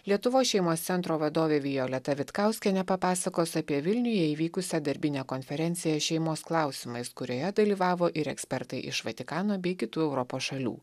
lietuvos šeimos centro vadovė violeta vitkauskienė papasakos apie vilniuje įvykusią darbinę konferenciją šeimos klausimais kurioje dalyvavo ir ekspertai iš vatikano bei kitų europos šalių